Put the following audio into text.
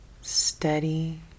steady